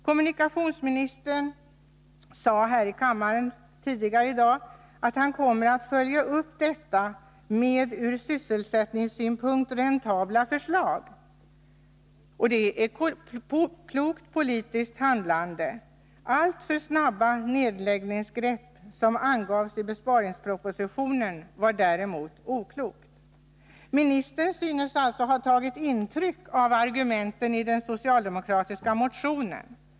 Kommunikationsministern sade här i kammaren tidigare i dag att han kommer att följa upp det förslag som nu behandlas med ur sysselsättningssynpunkt räntabla förslag. Det är klokt politiskt handlande. Att använda alltför snabba nedläggningsgrepp, som angavs i besparingspropositionen, är däremot oklokt. Ministern synes alltså ha tagit intryck av argumenten i den socialdemokratiska motionen.